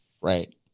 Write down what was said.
Right